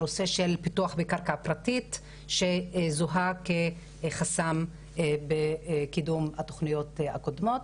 הנושא של פיתוח קרקע פרטית שזוהה כחסם בקידום התוכניות הקודמות.